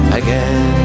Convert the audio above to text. again